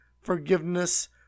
forgiveness